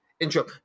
Intro